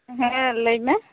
ᱦᱮᱸ ᱞᱟᱹᱭ ᱢᱮ